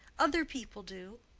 other people do.